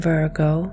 Virgo